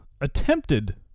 attempted